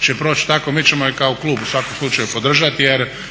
će proći tako, mi ćemo je kao klub u svakom slučaju podržati jer